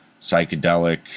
psychedelic